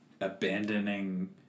abandoning